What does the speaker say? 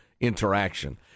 interaction